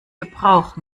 gebrauch